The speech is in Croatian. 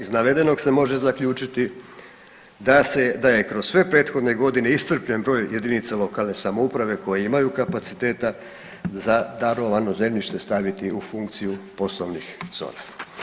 Iz navedenog se može zaključiti da se, da je kroz sve prethodne godine iscrpljen broj jedinica lokalne samouprave koje imaju kapaciteta za darovano zemljište staviti u funkciju poslovnih zona.